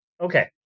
Okay